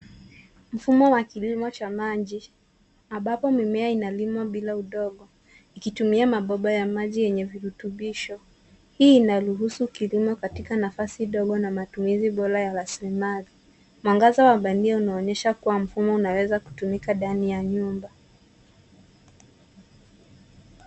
Mfumo wa kilimo cha maji, ambapo mimea inalimwa bila udongo, ikitumia mabomba ya maji yenye virutubisho. Hii inaruhusu kilimo katika nafasi ndogo na matumizi bora ya rasilimali. Mwangaza wa bandia unaonyesha kua mfumo unaweza kutumika ndani ya nyumba.